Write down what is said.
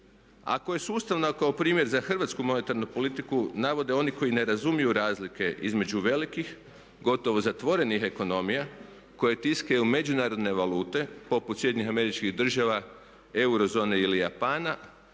Ako je sustavna kao primjer za hrvatsku monetarnu politiku navode oni koji ne razumiju razlike između velikih gotovo zatvorenih ekonomija koje tiskaju međunarodne valute poput SAD-a, eurozone ili Japana